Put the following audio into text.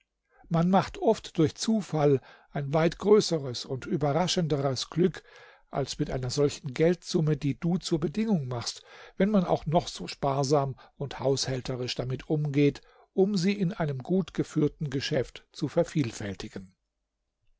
man macht oft durch zufall ein weit größeres und überraschenderes glück als mit einer solchen geldsumme die du zur bedingung machst wenn man auch noch so sparsam und haushälterisch damit umgeht um sie in einem gut geführten geschäft zu vervielfältigen